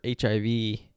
HIV